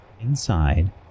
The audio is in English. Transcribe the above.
Inside